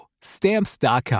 Stamps.com